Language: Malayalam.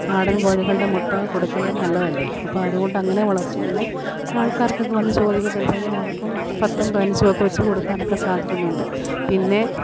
നാടൻ കോഴികളുടെ മുട്ട കൊടുക്കുന്നത് നല്ലതല്ലേ അപ്പോള് അതുകൊണ്ട് അങ്ങനെ വളർത്തും പിന്നെ ആൾക്കാർക്കൊക്കെ വന്ന് ചോദിക്കുമ്പോഴത്തേക്കിന് അവർക്കും പത്തും പതിനഞ്ചോ ഒക്കെ വച്ച് കൊടുക്കാനൊക്കെ സാധിക്കുന്നുണ്ട് പിന്നെ